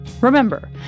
Remember